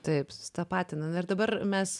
taip susitapatinam ir dabar mes